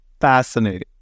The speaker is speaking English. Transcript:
fascinating